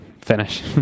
finish